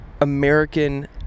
American